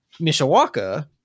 Mishawaka